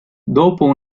dopo